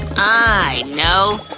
i know!